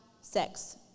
sex